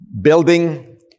building